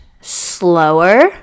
slower